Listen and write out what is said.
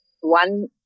one